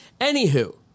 Anywho